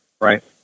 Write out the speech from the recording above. right